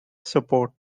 support